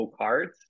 cards